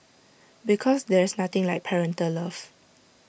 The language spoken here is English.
because there's nothing like parental love